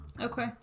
Okay